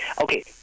Okay